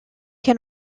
can